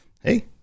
hey